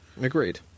agreed